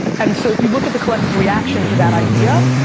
and, so if you look at the collectively action to that idea,